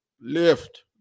lift